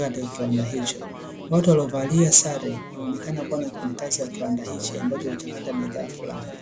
katika kiwanda hicho watu waliovalia sare wanaonekana kuwa na wafanyakazi wa kiwanda hichi ambacho mchakato wa bidhaa fulani.